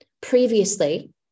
previously